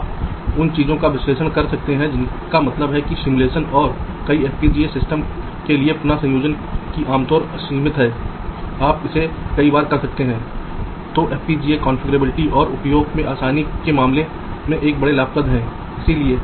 अगले सप्ताह में हम समय विश्लेषण पर अपनी चर्चा शुरू करेंगे विभिन्न तरीकों से आप समय विश्लेषण स्थैतिक समय का विश्लेषण कर सकते हैं और ऐसे तरीके जिनसे आप किसी डिज़ाइन की व्याख्या या संशोधन कर सकते हैं ताकि वे समय के साथ बेहतर प्रदर्शन करें